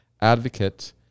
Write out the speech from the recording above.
advocate